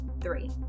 three